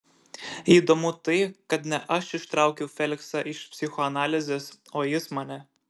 įdomu tai kad ne aš ištraukiau feliksą iš psichoanalizės o jis mane